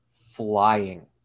flying